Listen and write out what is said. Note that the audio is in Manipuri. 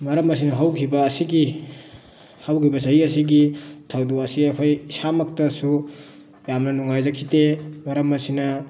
ꯃꯔꯝ ꯑꯁꯤꯅ ꯍꯧꯈꯤꯕ ꯑꯁꯤꯒꯤ ꯍꯧꯈꯤꯕ ꯆꯍꯤ ꯑꯁꯤꯒꯤ ꯊꯧꯗꯣꯛ ꯑꯁꯤ ꯑꯩꯈꯣꯏ ꯏꯁꯥꯃꯛꯇꯁꯨ ꯌꯥꯝꯅ ꯅꯨꯡꯉꯥꯏꯖꯈꯤꯗꯦ ꯃꯔꯝ ꯑꯁꯤꯅ